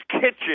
Kitchen